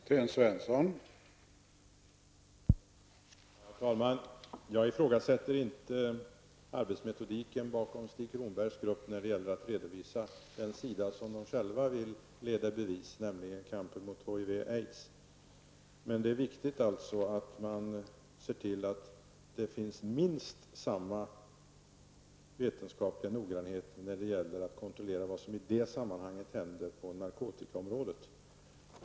Herr talman! Jag ifrågasätter inte arbetsmetodiken bakom det material som Stig Cronbergs grupp redovisar då det gäller att leda i bevis det de själva kämpar mot, nämligen HIV/aids. Men det är viktigt att man ser till att det finns minst samma vetenskapliga noggrannhet i kontrollen av vad som i det sammanhanget händer på narkotikaområdet.